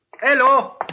Hello